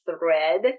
thread